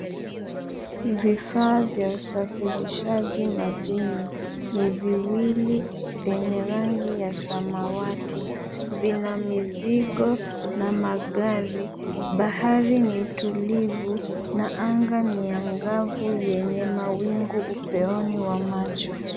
Vifaa vya usafirishaji majini ni viwili venye rangi ya samawati, vina mizigo na magari, bahari ni tulivu na anga ni ya angavu yenye mawingu upeoni wa macho.